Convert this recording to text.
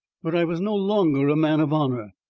but i was no longer a man of honour.